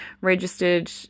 registered